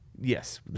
yes